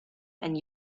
and